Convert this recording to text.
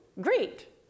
great